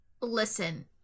Listen